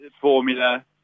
formula